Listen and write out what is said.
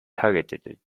targeted